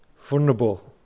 vulnerable